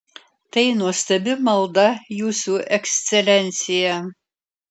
tai nuostabi malda jūsų ekscelencija